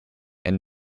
and